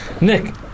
Nick